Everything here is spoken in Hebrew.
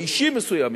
או אישים מסוימים,